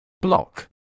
block